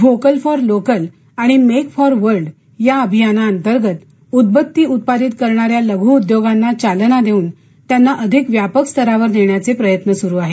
vocal for local आणि make for world या अभियाना अंतर्गत उदबत्ती उत्पादित करणाऱ्या लघ् उद्योगांना चालना देऊन त्यांना अधिक व्यापक स्तरावर नेण्याचे प्रयत्न सुरु आहेत